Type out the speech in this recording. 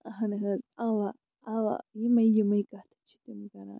اَہن حظ اَوا اَوا یِمَے یِمَے کَتھٕ چھِ تِم کَران